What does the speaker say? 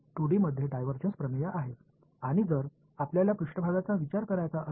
இது உங்கள் 2D divergence தேற்றம் இதை நீங்கள் ஒரு மேற்பரப்பாக நினைக்க விரும்பினால் இது போன்றது